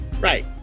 Right